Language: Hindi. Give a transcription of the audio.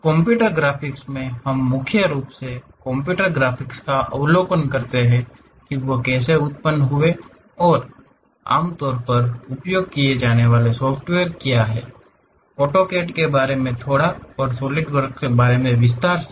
कंप्यूटर ग्राफिक्स में हम मुख्य रूप से कंप्यूटर ग्राफिक्स का अवलोकन करते हैं वे कैसे उत्पन्न हुए हैं और आमतौर पर उपयोग किए जाने वाले सॉफ़्टवेयर क्या हैं ऑटोकैड के बारे में थोड़ा और सॉलिडवर्क्स के बारे में विस्तार से